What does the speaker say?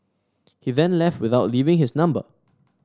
he then left without leaving his number